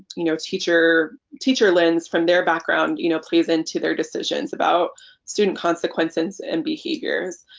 you know teacher teacher lens from their background you know plays into their decisions about student consequences and behaviors.